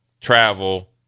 travel